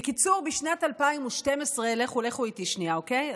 בקיצור, בשנת 2012, לכו, לכו איתי שנייה, אוקיי?